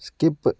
skip